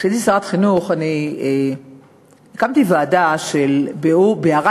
כשהייתי שרת החינוך הקמתי ועדה שביערה